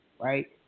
right